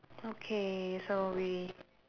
okay so we